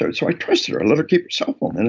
ah so i trusted her. i let her keep her cell phone. and